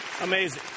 Amazing